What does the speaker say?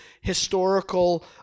historical